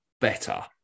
better